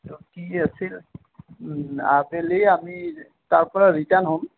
কি আছিল আবেলি আমি তাৰ পৰা ৰিটাৰ্ণ হ'ম